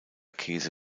käse